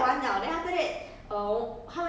orh okay